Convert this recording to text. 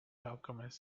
alchemist